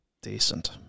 Decent